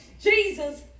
Jesus